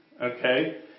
okay